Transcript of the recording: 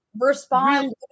respond